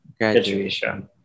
graduation